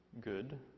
good